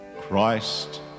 Christ